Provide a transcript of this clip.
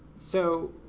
so.